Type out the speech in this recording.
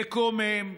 מקומם,